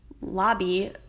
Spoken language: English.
lobby